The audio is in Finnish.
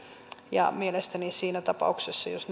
ja mielestäni siinä tapauksessa jos